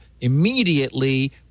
immediately